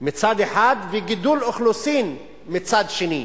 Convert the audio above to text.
מצד אחד וגידול אוכלוסין מצד שני.